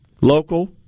local